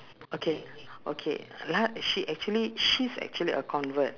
mamandas (uh huh) (uh huh) oh ya the food is nice right down there